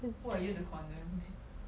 who are you to condemn me